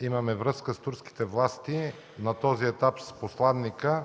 Имаме връзка с турските власти, на този етап – с посланика,